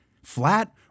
Flat